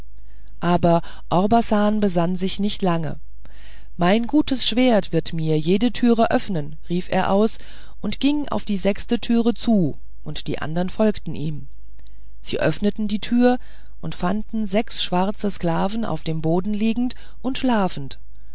aber orbasan besann sich nicht lange mein gutes schwert wird mir jede türe öffnen rief er aus ging auf die sechste türe zu und die andern folgten ihm sie öffneten die türe und fanden sechs schwarze sklaven auf dem boden liegend und schlafend